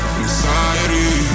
anxiety